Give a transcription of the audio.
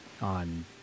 on